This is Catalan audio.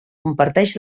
comparteix